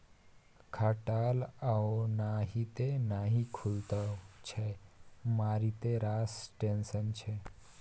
खटाल ओनाहिते नहि खुलैत छै मारिते रास टेंशन छै